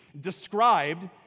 described